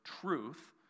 truth